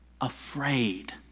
afraid